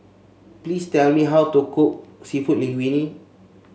please tell me how to cook seafood Linguine